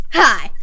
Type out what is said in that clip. hi